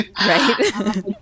Right